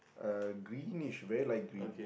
uh greenish very light green